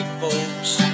folks